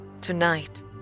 tonight